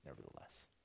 nevertheless